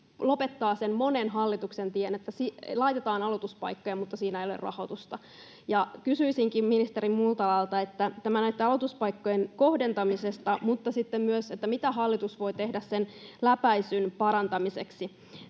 lopettaa sen monen hallituksen tien, että laitetaan aloituspaikkoja mutta siihen ei ole rahoitusta. Kysyisinkin ministeri Multalalta näitten aloituspaikkojen kohdentamisesta mutta sitten myös siitä, mitä hallitus voi tehdä sen läpäisyn parantamiseksi.